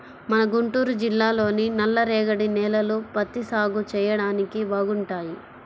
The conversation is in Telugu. మన గుంటూరు జిల్లాలోని నల్లరేగడి నేలలు పత్తి సాగు చెయ్యడానికి బాగుంటాయి